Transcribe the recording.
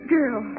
Girl